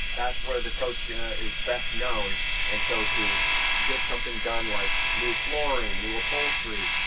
that's where the coach and is best known and so to get something done like new flooring, new upholstery,